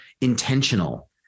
intentional